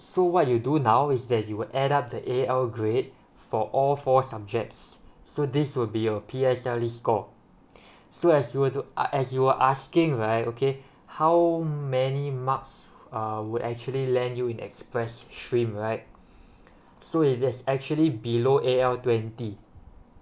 so what you do now is that you'll add up the A_L grade for all four subjects so this will be your P_S_L_E score so as you were to uh as you are asking right okay how many marks uh will actually land you in express stream right so it is actually below A_L twenty